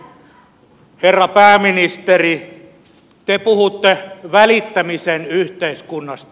herra pääministeri te puhutte välittämisen yhteiskunnasta